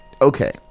okay